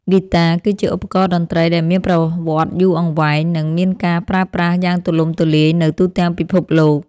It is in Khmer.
ហ្គីតាគឺជាឧបករណ៍តន្ត្រីដែលមានប្រវត្តិយូរអង្វែង និងមានការប្រើប្រាស់យ៉ាងទូលំទូលាយនៅទូទាំងពិភពលោក។